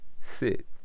sit